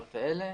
בנסיבות האלה,